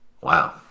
wow